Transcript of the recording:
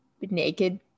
naked